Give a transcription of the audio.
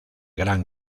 gran